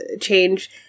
change